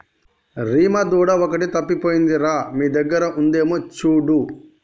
రీమా దూడ ఒకటి తప్పిపోయింది రా మీ దగ్గర ఉందేమో చూడు